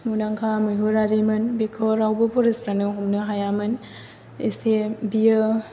मुंदांखा मैहुरारिमोन बिखौ रावबो फरेस्टारफ्रानो हमनो हायामोन एसे बियो